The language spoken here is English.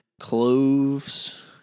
cloves